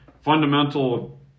fundamental